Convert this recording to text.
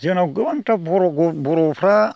जोंनाव गोबां बर'फोरा